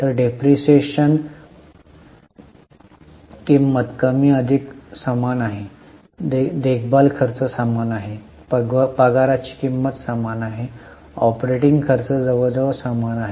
तर डेप्रिसिएशन किंमत कमी अधिक समान आहे देखभाल खर्च समान आहे पगाराची किंमत समान आहे ऑपरेटिंग खर्च जवळजवळ समान आहेत